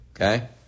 Okay